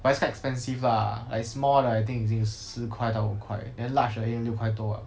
but it's quite expensive lah like small right I think 已经四块到五块 then large I think 六块多